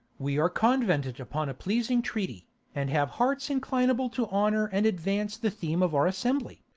we are convented upon a pleasing treaty and have hearts inclinable to honour and advance the theme of our assembly.